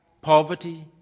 poverty